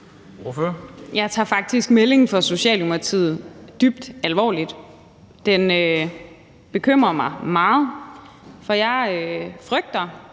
Jeg tager faktisk meldingen fra Socialdemokratiet dybt alvorligt. Den bekymrer mig meget, for jeg frygter,